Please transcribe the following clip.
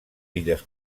illes